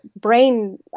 brain